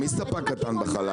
מי נחשב ספק קטן בחלב?